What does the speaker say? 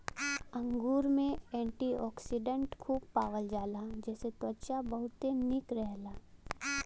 अंगूर में एंटीओक्सिडेंट खूब पावल जाला जेसे त्वचा बहुते निक रहेला